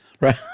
Right